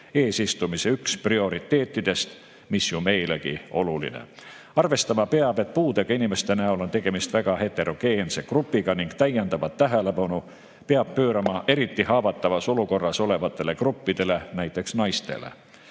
eesistumise üks prioriteetidest, mis ju meilegi oluline. Arvestama peab, et puudega inimeste näol on tegemist väga heterogeense grupiga, ning täiendavat tähelepanu peab pöörama eriti haavatavas olukorras olevatele gruppidele, näiteks naistele. Kogu